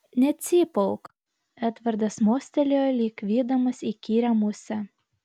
necypauk edvardas mostelėjo lyg vydamas įkyrią musę